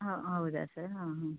ಹಾಂ ಹೌದಾ ಸರ್ ಹಾಂ ಹಾಂ